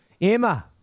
Emma